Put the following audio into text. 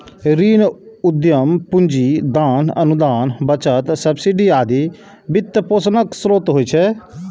ऋण, उद्यम पूंजी, दान, अनुदान, बचत, सब्सिडी आदि वित्तपोषणक स्रोत होइ छै